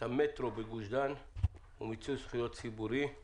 המטרו בגוש דן ומיצוי זכויות הציבור של